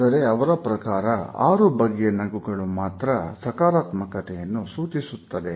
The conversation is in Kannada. ಆದರೆ ಅವರ ಪ್ರಕಾರ ಆರು ಬಗೆಯ ನಗುಗಳು ಮಾತ್ರ ಸಕಾರಾತ್ಮಕತೆಯನ್ನು ಸೂಚಿಸುತ್ತದೆ